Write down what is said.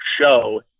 show